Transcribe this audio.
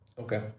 Okay